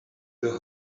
the